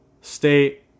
state